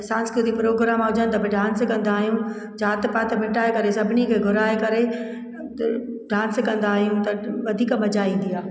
सांस्कृतिक प्रोग्राम हुजनि त बि डांस कंदा आहियूं जात पात मिटाए करे सभिनी खे घुराए करे डांस त कंदा आहियूं त वधीक मजा ईंदी आहे